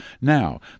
Now